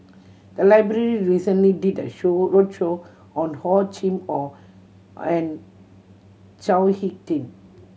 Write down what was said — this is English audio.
the library recently did a show roadshow on Hor Chim Or and Chao Hick Tin